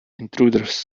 intruders